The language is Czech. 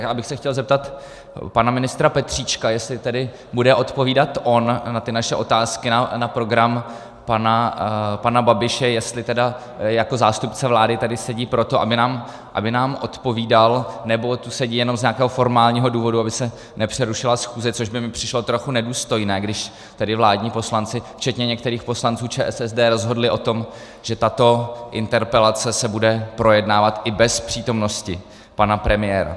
Tak bych se chtěl zeptat pana ministra Petříčka, jestli bude odpovídat on na ty naše otázky na program pana Babiše, jestli jako zástupce vlády tady sedí proto, aby nám odpovídal, nebo tu sedí jenom z nějakého formálního důvodu, aby se nepřerušila schůze, což by mi přišlo trochu nedůstojné, když tedy vládní poslanci včetně některých poslanců ČSSD rozhodli o tom, že tato interpelace se bude projednávat i bez přítomnosti pana premiéra.